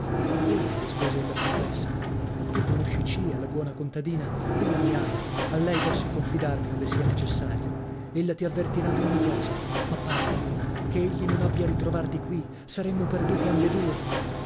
è vero rispose ella perplessa ma tu conosci cia la buona contadina ella mi ama a lei posso confidarmi ove sia necessario ella ti avvertirà d'ogni cosa ma parti ora che egli non abbia a ritrovarti qui saremmo perduti ambedue